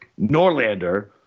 Norlander